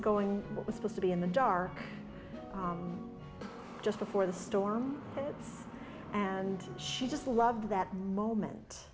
was supposed to be in the dark just before the storm and she just loved that moment